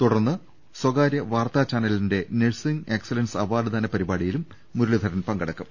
തുടർന്ന് സ്ഥകാര്യ വാർത്താ ചാനലിന്റെ നഴ്സിംഗ് എക്സലൻസ് അവാർഡ്ദാന പരിപാടിയിലും മുരളീധരൻ പങ്കെടുക്കും